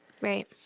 Right